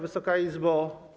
Wysoka Izbo!